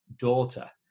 daughter